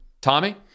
Tommy